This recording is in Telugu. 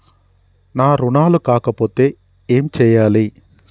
నా రుణాలు కాకపోతే ఏమి చేయాలి?